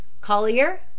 Collier